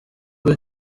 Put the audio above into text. muri